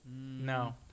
No